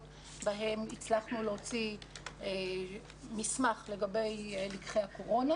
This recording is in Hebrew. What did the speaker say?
בהן הצלחנו להוציא מסמך לגבי לקחי הקורונה